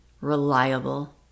reliable